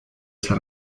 esa